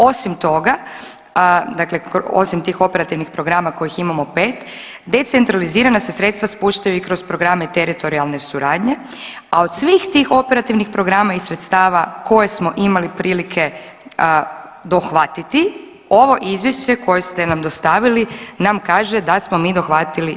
Osim toga, dakle osim tih operativnih programa kojih imamo 5, decentralizirana se sredstva spuštaju i kroz programe teritorijalne suradnje, a od svih tih operativnih programa i sredstava koje smo imali prilike dohvatiti, ovo Izvješće koje ste nam dostavili nam kaže da smo mi dohvatili 47%